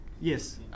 Yes